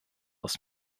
aus